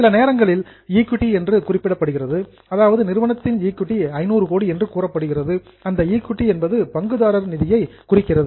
சில நேரங்களில் இது ஈக்விட்டி என்று குறிப்பிடப்படுகிறது அதாவது நிறுவனத்தின் ஈக்விட்டி 500 கோடி என்று கூறப்படுகிறது அந்த ஈக்விட்டி என்பது பங்குதாரர்கள் நிதியை குறிக்கிறது